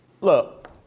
Look